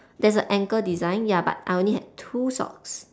there's a ankle design ya but I only had two socks